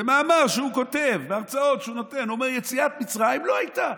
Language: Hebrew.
במאמר שהוא כותב ובהרצאות שהוא נותן: יציאת מצרים לא הייתה.